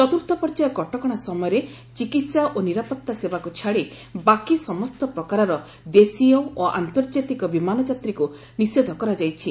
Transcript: ଚତ୍ରୁର୍ଥପର୍ଯ୍ୟାୟ କଟକଣା ସମୟରେ ଚିକିତ୍ସା ଓ ନିରାପତ୍ତା ସେବାକୁ ଛାଡ଼ି ବାକି ସମସ୍ତ ପ୍ରକାରର ଦେଶୀୟ ଓ ଆନ୍ତର୍ଜାତିକ ବିମାନ ଯାତ୍ରୀକୁ ନିଷେଧ କରାଯାଇଛି